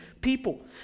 people